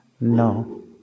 No